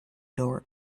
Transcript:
door